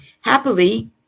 Happily